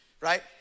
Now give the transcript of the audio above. right